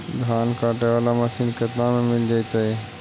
धान काटे वाला मशीन केतना में मिल जैतै?